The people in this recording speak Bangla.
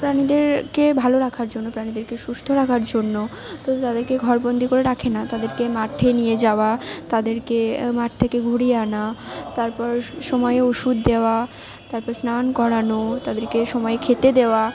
প্রাণীদেরকে ভালো রাখার জন্য প্রাণীদেরকে সুস্থ রাখার জন্য তো তাদেরকে ঘর বন্দী করে রাখে না তাদেরকে মাঠে নিয়ে যাওয়া তাদেরকে মাঠ থেকে ঘুরিয়ে আনা তারপর সময়ে ওষুধ দেওয়া তারপর স্নান করানো তাদেরকে সময়ে খেতে দেওয়া